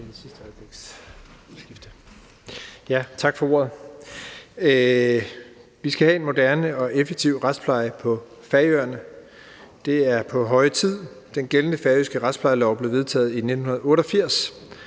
Tak for ordet. Vi skal have en moderne og effektiv retspleje på Færøerne. Det er på høje tid. Den gældende færøske retsplejelov blev vedtaget i 1988,